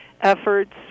efforts